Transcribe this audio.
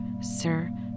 sir